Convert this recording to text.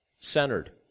centered